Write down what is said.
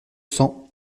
cents